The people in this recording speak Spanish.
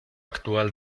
actual